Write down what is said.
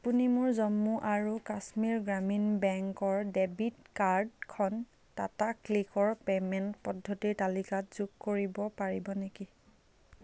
আপুনি মোৰ জম্মু আৰু কাশ্মীৰ গ্ৰামীণ বেংকৰ ডেবিট কাৰ্ডখন টাটা ক্লিকৰ পে'মেণ্ট পদ্ধতিৰ তালিকাত যোগ কৰিব পাৰিব নেকি